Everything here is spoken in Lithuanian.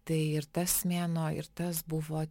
tai ir tas mėnuo ir tas buvo